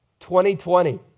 2020